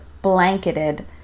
blanketed